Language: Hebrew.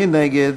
מי נגד?